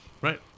Right